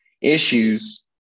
issues